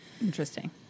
Interesting